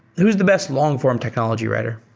who's the best long-form technology writer?